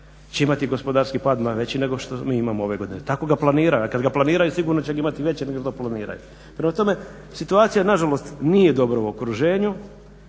će imati gospodarski pad veći nego što mi imamo ove godine. Tako ga planiraju, a kad ga planiraju sigurno će ga imati većeg nego što planiraju. Prema tome, situacija nažalost nije u dobrom okruženju